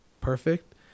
perfect